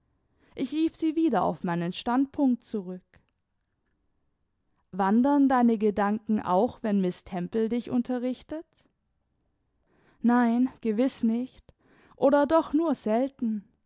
ich rief sie wieder auf meinen standpunkt zurück wandern deine gedanken auch wenn miß temple dich unterrichtet nein gewiß nicht oder doch nur selten